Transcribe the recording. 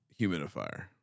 humidifier